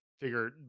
figure